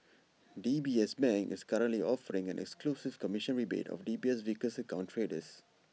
D B S bank is currently offering an exclusive commission rebate for D B S Vickers account traders